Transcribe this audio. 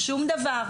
שום דבר.